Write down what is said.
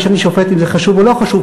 בלי שאני שופט אם זה חשוב או לא חשוב,